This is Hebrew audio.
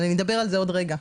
נדבר עוד רגע.